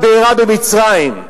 הבעירה במצרים,